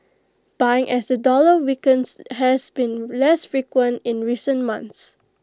buying as the dollar weakens has been less frequent in recent months